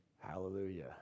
Hallelujah